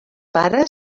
pares